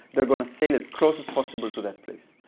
they're going to sail as close as possible to that place,